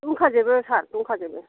दंखाजोबो सार दंखाजोबो